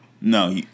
No